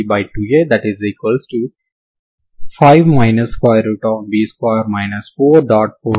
ఎందుకంటే మీరు u ని బేసి ఫంక్షన్ గా విస్తరించారు కాబట్టి దీని నుండి g00 మరియు f00 అవుతుంది